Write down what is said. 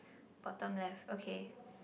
bottom left okay